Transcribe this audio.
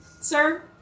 Sir